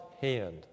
hand